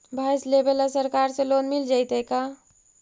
भैंस लेबे ल सरकार से लोन मिल जइतै का?